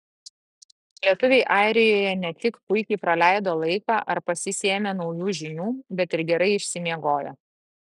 lietuviai airijoje ne tik puikiai praleido laiką ar pasisėmė naujų žinių bet ir gerai išsimiegojo